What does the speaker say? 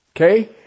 Okay